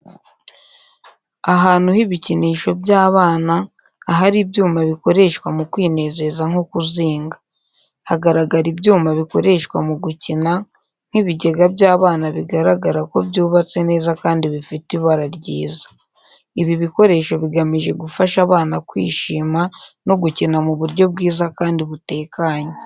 Ahantu h'ibikinisho by'abana, ahari ibyuma bikoreshwa mu kwinezeza nko kuzinga. Hagaragara ibyuma bikoreshwa mu gukina, nk'ibigega by'abana bigaragara ko byubatse neza kandi bifite ibara ryiza. Ibi bikoresho bigamije gufasha abana kwishima no gukina mu buryo bwiza kandi butekanye.